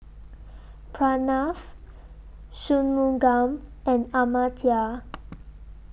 Pranav Shunmugam and Amartya